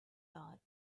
thought